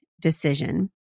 decision